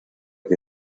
que